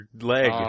leg